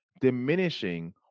diminishing